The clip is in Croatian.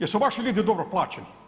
Jesu vaši ljudi dobro plaćeni?